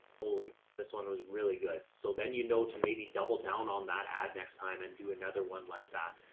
holy this one was really good. so then, you know, to maybe double down on that ad next time and do another one like that,